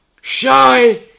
shy